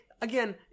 again